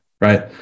right